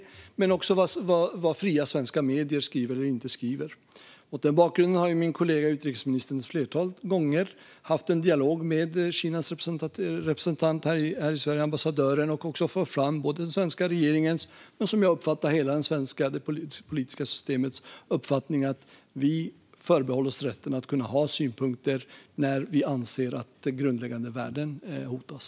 Men Kina har också haft synpunkter på vad fria svenska medier skriver och inte skriver. Mot denna bakgrund har min kollega utrikesministern ett flertal gånger haft en dialog med Kinas representant här i Sverige, ambassadören. Hon har då fört fram både den svenska regeringens och, som jag uppfattar det, hela det svenska politiska systemets uppfattning att vi förbehåller oss rätten att ha synpunkter när vi anser att grundläggande värden hotas.